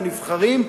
לנבחרים.